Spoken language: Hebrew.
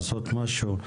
לעשות משהו.